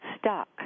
stuck